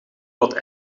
wat